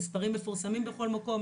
המספרים מפורסמים בכל מקום,